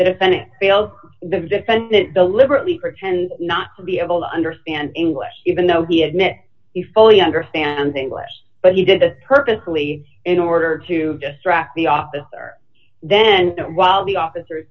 defendant fails the defendant deliberately pretend not to be able to understand english even though he admits he fully understands english but he did that purposely in order to distract the officer then while the officers